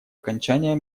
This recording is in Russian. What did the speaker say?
окончания